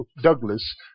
Douglas